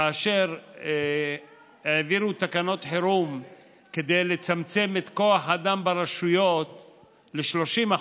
כאשר העבירו תקנות חירום כדי לצמצם את כוח האדם ברשויות ל-30%,